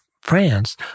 France